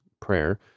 Prayer